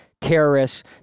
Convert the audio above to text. terrorists